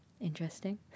Interesting